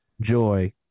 joy